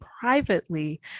privately